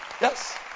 Yes